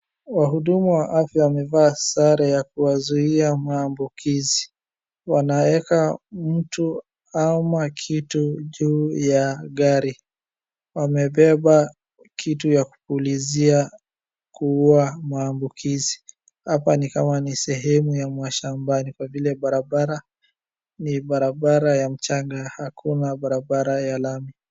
Wahudumu wa afya wamevaa sare ya kuwazuia maambukizi wanaweka mtu ama kitu juu ya gari. Wamebeba kitu ya kupulizia kuua maambukizi. Hapa ni kama ni sehemu ya mashambani kwa vile barabara ni barabara ya mchanga hakuna barabara ya lami.